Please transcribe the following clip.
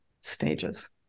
stages